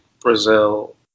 Brazil